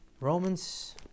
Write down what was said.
Romans